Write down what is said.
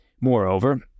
Moreover